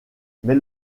mais